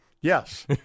Yes